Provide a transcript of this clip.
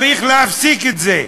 צריך להפסיק את זה.